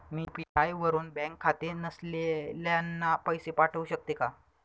मी UPI वापरुन bank खाते नसलेल्यांना पैसे पाठवू शकते का?